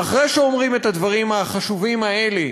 ואחרי שאומרים את הדברים החשובים האלה